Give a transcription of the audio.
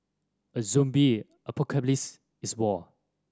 a zombie apocalypse is war